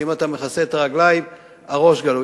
ואם אתה מכסה את הרגליים הראש גלוי.